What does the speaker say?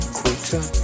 quitter